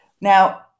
Now